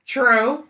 True